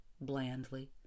blandly